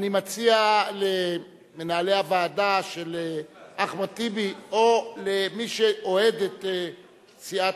אני מציע למנהלי הוועדה של אחמד טיבי או למי שאוהד את סיעת